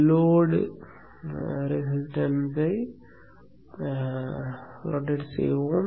load எதிர்ப்பை சுழற்றுவோம்